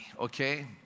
okay